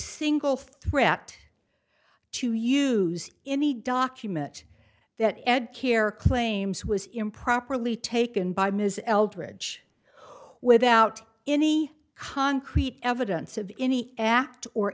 single threat to use any document that ed care claims was improperly taken by ms eldridge who without any concrete evidence of any act or